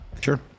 Sure